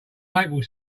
maple